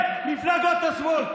כן, מפלגות השמאל.